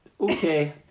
Okay